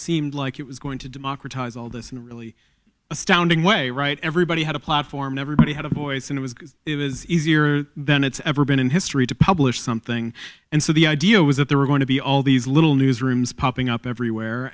seemed like it was going to democratize all this in a really astounding way right everybody had a platform everybody had a voice and it was it is easier than it's ever been in history to publish something and so the idea was that there were going to be all these little newsrooms popping up everywhere